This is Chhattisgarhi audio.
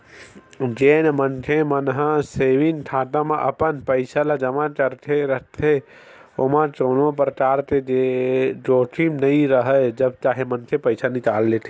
जेन मनखे मन ह सेंविग खाता म अपन पइसा ल जमा करके रखथे ओमा कोनो परकार के जोखिम नइ राहय जब चाहे मनखे पइसा निकाल लेथे